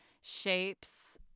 shapes